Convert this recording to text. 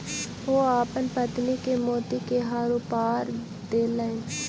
ओ अपन पत्नी के मोती के हार उपहार देलैन